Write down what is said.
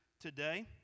today